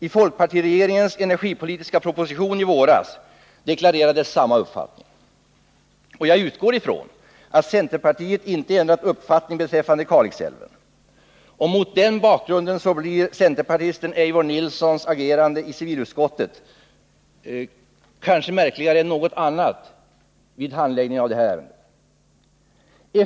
I folkpartiregeringens energipolitiska proposition i våras deklarerades samma uppfattning. Jag utgår från att centerpartiet inte ändrat uppfattning beträffande Kalixälven. Mot den bakgrunden blir center partisten Eivor Nilsons agerande i civilutskottet kanske märkligare än något annat vid handläggandet av det här ärendet.